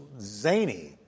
zany